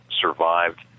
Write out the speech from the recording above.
survived